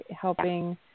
helping